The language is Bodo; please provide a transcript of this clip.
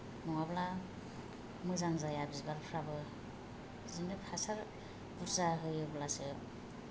नङाब्ला मोजां जाया बिबारफ्राबो बिदिनो हासार बुरजा होयोब्लासो